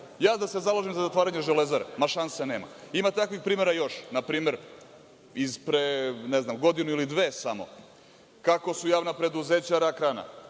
ja da se zalažem za zatvaranje Železare, ma, šanse nema. Ima takvih primera još, npr. iz pre godinu ili dve samo, kako su javna preduzeća rak rana